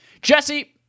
Jesse